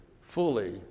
fully